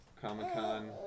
Comic-Con